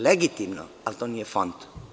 Legitimno, ali to nije Fond.